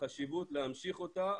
חשיבות להמשיך אותה,